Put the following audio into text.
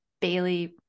Bailey